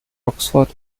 oxford